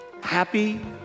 happy